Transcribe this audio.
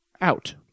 out